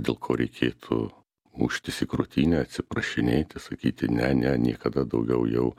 dėl ko reikėtų muštis į krūtinę atsiprašinėti sakyti ne ne niekada daugiau jau